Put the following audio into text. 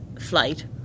flight